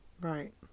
Right